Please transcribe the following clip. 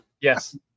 Yes